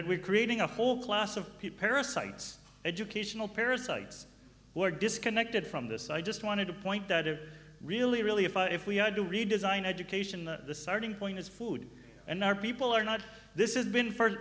then we creating a whole class of people parasites educational parasites who are disconnected from this i just wanted to point that it really really if i if we had to redesign education the starting point is food and our people are not this is been for